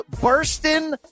Bursting